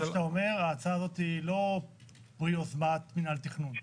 אבל ההצעה הזאת לא פרי יוזמת מנהל התכנון.